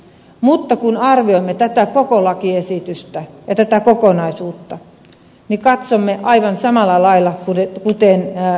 mutta kun arvioimme koko lakiesitystä ja kokonaisuutta niin katsomme aivan samalla lailla kuten ed